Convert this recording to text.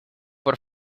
por